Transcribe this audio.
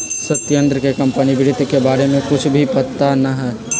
सत्येंद्र के कंपनी वित्त के बारे में कुछ भी पता ना हई